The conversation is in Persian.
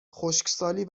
خشکسالی